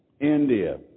India